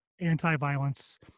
anti-violence